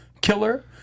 killer